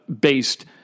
based